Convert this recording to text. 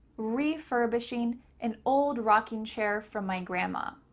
refurbishing an old rocking chair for my grandma.